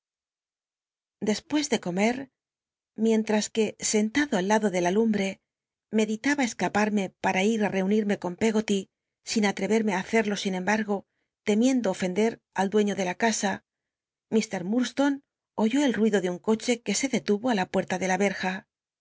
despues le comer mientras que sentado aliado de la lumbre med itaba esca parme para ir ti rcunirmc con peggoty sin atreverme á hacerlo sin embargo temiendo of ndcr al dueiio de la casa ir lurdslonc oyó el ruido de un coche que se deturo i la a salir al encuenpuerta de la verja